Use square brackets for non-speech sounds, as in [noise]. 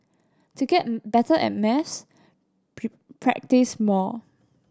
to get better at maths [unintelligible] practise more